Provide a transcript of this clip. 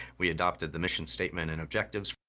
we adopted the mission statement and objectives,